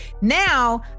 now